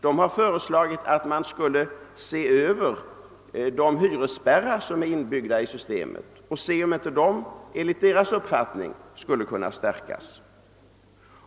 De har föreslagit att man skulle se över de hyresspärrar som är inbyggda i systemet och undersöka om inte dessa skulle kunna stärkas.